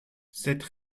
cette